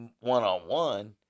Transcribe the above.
one-on-one